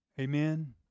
Amen